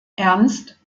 ernst